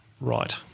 right